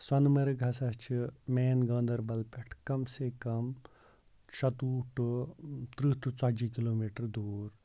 سونمَرٕگ ہسا چھُ مین گاندربل پٮ۪ٹھ کَم سے کَم شیٚتہٕ وُہ ٹُہ ترٕٛہ ٹُہ ژَتجِہہ کِلومیٖٹر دوٗر